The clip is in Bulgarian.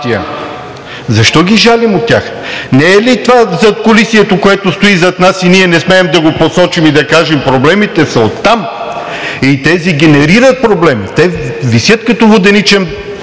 Защо ги жалим тях? Не ли е това задкулисието, което стои зад нас и ние не смеем да го посочим и да кажем: „Проблемите са оттам“, и тези генерират проблеми, те висят като воденичен камък